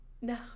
No